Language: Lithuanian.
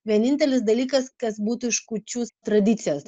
vienintelis dalykas kas būtų iš kūčių tradicijos